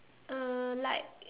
uh like